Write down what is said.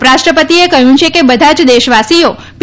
ઉપરાષ્ટ્રપતિએ કહ્યું છેકે બધા જ દેશ વાસીઓ પી